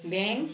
bank